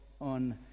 on